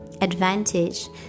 advantage